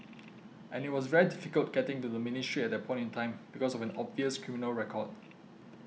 and it was very difficult getting into the ministry at that point in time because of an obvious criminal record